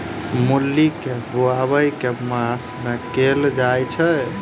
मूली केँ बोआई केँ मास मे कैल जाएँ छैय?